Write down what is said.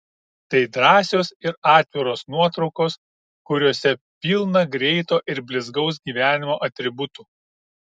tai drąsios ir atviros nuotraukos kuriose pilna greito ir blizgaus gyvenimo atributų